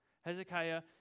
Hezekiah